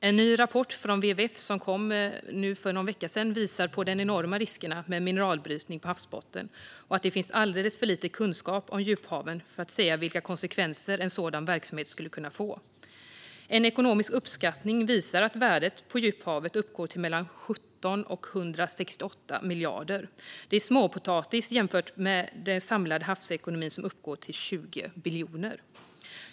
En ny rapport från WWF, som kom för någon vecka sedan, visar på de enorma riskerna med mineralbrytning på havsbotten och att det finns alldeles för lite kunskap om djuphaven för att säga vilka konsekvenser en sådan verksamhet skulle kunna få. En ekonomisk uppskattning visar att värdet på djuphavet uppgår till mellan 17 och 168 miljarder. Det är småpotatis jämfört med den samlade havsekonomin, som uppgår till 20 biljoner.